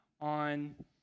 on